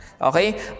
Okay